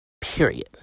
period